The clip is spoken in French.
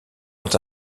ont